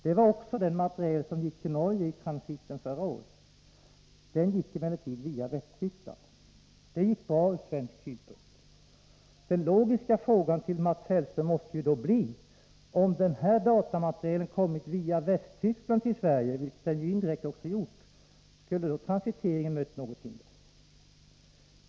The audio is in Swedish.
Det var också den materiel som gick till Norge i transiten förra året. Den materielen gick emellertid via Västtyskland. Det gick bra från svensk synpunkt. Den logiska frågan till Mats Hellström måste då bli: Om den här datamaterielen kommit via Västtyskland till Sverige — vilket den ju indirekt också gjort — skulle då transiteringen ha mött något hinder?